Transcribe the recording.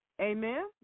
Amen